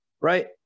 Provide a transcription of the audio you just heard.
right